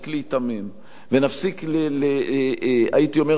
נפסיק הייתי אומר אפילו לנהוג בצביעות,